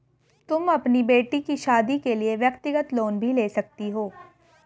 तुम अपनी बेटी की शादी के लिए व्यक्तिगत लोन भी ले सकती हो